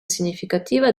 significativa